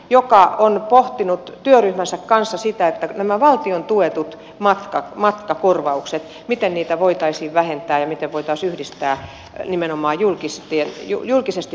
hän on pohtinut työryhmänsä kanssa sitä miten näitä valtion tuettuja matkakorvauksia voitaisiin vähentää ja miten voitaisiin yhdistää nimenomaan julkisesti tuettuja matkoja